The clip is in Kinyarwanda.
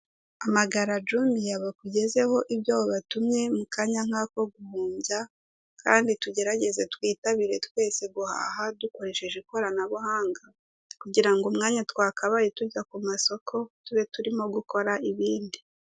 Hamagara juniya bakugezeho ibyo wabatumye mu kanya nk'ako guhumbya, kandi tugerageze twitabire twese guhaha dukoresheje ikoranabuhanga kugira ngo umwanya twakabye tujya ku masoko tube turimo gukora ibindi.